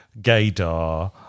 gaydar